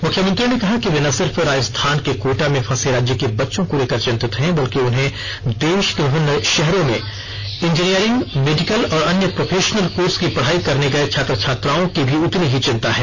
मुख्यमंत्री ने कहा कि वे न सिर्फ राजस्थान के कोटा में फसे राज्य के बच्चों को लेकर चिंतित है बल्कि उन्हें देश के विभिन्न शहरों में इंजीनियरिंग मेडिकल और अन्य प्रोफेशनल कोर्स की पढ़ाई करने गए छात्र छात्राओं की भी उतनी ही चिंता है